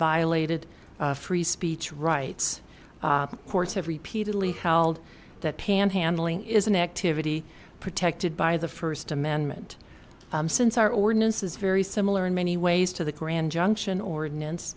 violated free speech rights courts have repeatedly held that panhandling is an activity protected by the first amendment since our ordinance is very similar in many ways to the grand junction ordinance